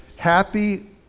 Happy